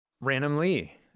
Randomly